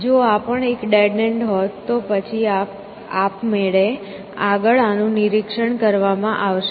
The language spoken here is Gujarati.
જો આ પણ એક ડેડ એન્ડ હોત તો પછી આપમેળે આગળ આનું નિરીક્ષણ કરવામાં આવશે